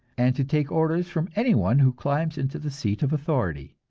and to take orders from any one who climbs into the seat of authority.